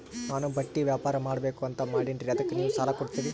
ನಾನು ಬಟ್ಟಿ ವ್ಯಾಪಾರ್ ಮಾಡಬಕು ಅಂತ ಮಾಡಿನ್ರಿ ಅದಕ್ಕ ನೀವು ಸಾಲ ಕೊಡ್ತೀರಿ?